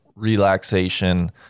relaxation